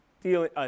dealing